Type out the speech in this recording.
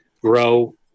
grow